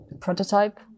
prototype